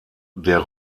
der